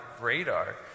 radar